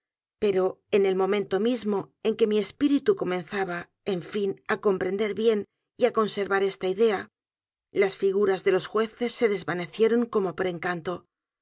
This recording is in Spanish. pero en el momento mismo en que mi espíritu comenzaba en fin á comprender bien y á conservar esta idea las figuras de los jueces se desvanecieron como por encanto